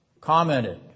commented